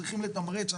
צריכים לתמרץ,